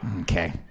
Okay